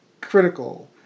critical